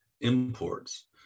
imports